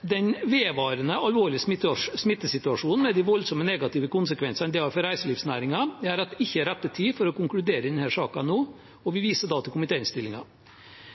den vedvarende alvorlige smittesituasjonen med de voldsomme negative konsekvensene det har for reiselivsnæringen, gjør at det ikke er rett tid for å konkludere i denne saken nå, og vi viser da til komitéinnstillingen.